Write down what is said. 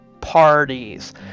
parties